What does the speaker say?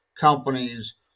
companies